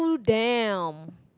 damn